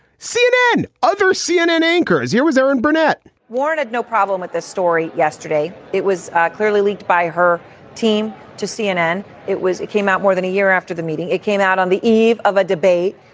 cnn and other cnn anchors here was erin burnett warren had no problem with this story yesterday. it was clearly leaked by her team to cnn. it was it came out more than a year after the meeting. it came out on the eve of a debate.